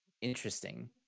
interesting